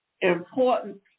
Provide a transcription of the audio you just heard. important